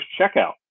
checkout